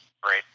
Great